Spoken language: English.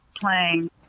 playing